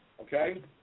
okay